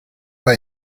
pas